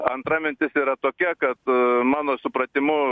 antra mintis yra tokia kad mano supratimu